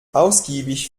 ausgiebig